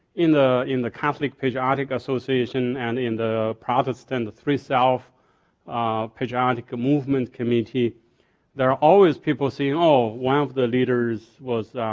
in the in the catholic patriotic association and in the protestant three-self um patriotic movement committee there are always people saying, oh one of the leaders was